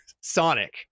sonic